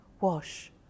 Wash